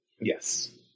Yes